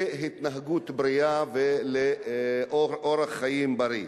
להתנהגות בריאה ולאורח חיים בריא.